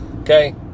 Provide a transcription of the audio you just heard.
Okay